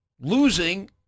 losing